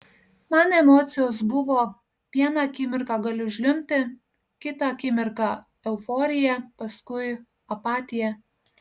man emocijos buvo vieną akimirką galiu žliumbti kitą akimirką euforija paskui apatija